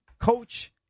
coach